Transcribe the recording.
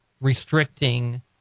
restricting